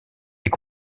est